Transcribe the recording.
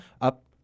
up